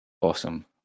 Awesome